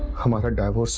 i'm ah her driver.